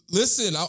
listen